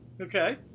okay